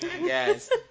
yes